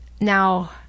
now